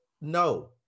no